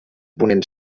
ponent